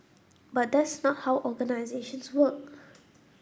but that's not how organisations work